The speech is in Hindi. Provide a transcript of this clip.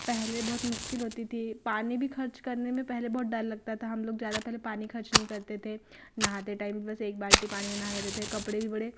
पहले बहुत मुश्किल होती थी पानी भी खर्च करने में पहले बहुत डर लगता था हम लोग ज़्यादातर पहले पानी खर्च नहीं करते थे नहाते टाइम बस एक बाल्टी पानी में नहाते थे कपड़े भी बड़े